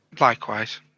Likewise